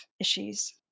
issues